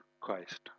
Christ